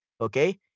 Okay